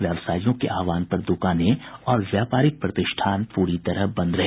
व्यावसायियों के आहवान पर दुकानें और व्यापारिक प्रतिष्ठान पूरी तरह बंद रहे